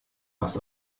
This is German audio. was